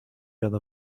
other